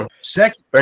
Second